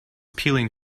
peeling